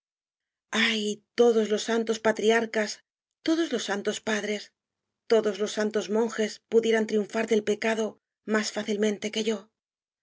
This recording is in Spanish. r todos los santos patriarcas todos los san tos padres todos los santos monjes pudieran triunfar del pecado más fácilmente que yo